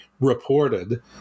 reported